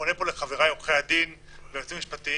פונה פה לחבריי עורכי הדין והיועצים המשפטים